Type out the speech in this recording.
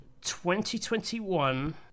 2021